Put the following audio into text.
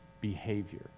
behavior